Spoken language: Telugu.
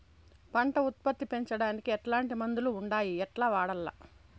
పంట ఉత్పత్తి పెంచడానికి ఎట్లాంటి మందులు ఉండాయి ఎట్లా వాడల్ల?